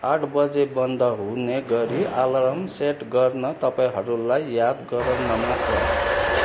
आठ बजे बन्द हुने गरी अलार्म सेट गर्न तपाईँहरूलाई याद गराउन मात्र